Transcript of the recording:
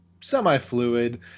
semi-fluid